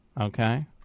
okay